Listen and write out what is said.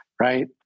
right